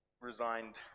resigned